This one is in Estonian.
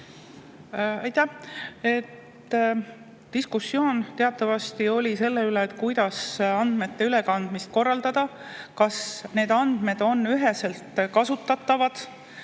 Aitäh! Diskussioon oli teatavasti selle üle, kuidas andmete ülekandmist korraldada, kas need andmed on üheselt kasutatavad,